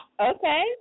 Okay